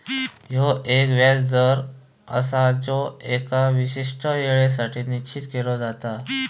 ह्यो एक व्याज दर आसा जो एका विशिष्ट येळेसाठी निश्चित केलो जाता